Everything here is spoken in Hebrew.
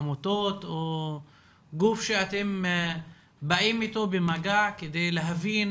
עמותות או גוף שאתם באים איתו במגע כדי להבין